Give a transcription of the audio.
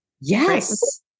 yes